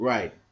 Right